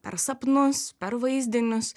per sapnus per vaizdinius